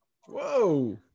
Whoa